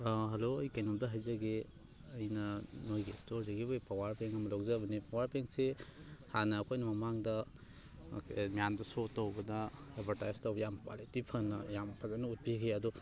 hello ꯑꯩ ꯀꯩꯅꯣꯝꯇ ꯍꯥꯏꯖꯒꯦ ꯑꯩꯅ ꯅꯣꯏꯒꯤ ꯏꯁꯇꯣꯔꯗꯒꯤ ꯄꯋꯥꯔ ꯕꯦꯡ ꯑꯃ ꯂꯧꯖꯕꯅꯤ ꯄꯋꯥꯔ ꯕꯦꯡꯁꯦ ꯍꯥꯟꯅ ꯑꯩꯈꯣꯏꯅ ꯃꯃꯥꯡꯗ ꯃꯌꯥꯝꯗ ꯁꯣ ꯇꯧꯕꯗ ꯑꯦꯗꯕꯔꯇꯥꯏꯖ ꯇꯧ ꯌꯥꯝ ꯀ꯭ꯋꯥꯂꯤꯇꯤ ꯐꯅ ꯌꯥꯝ ꯐꯖꯅ ꯎꯠꯄꯤꯈꯤ ꯑꯗꯣ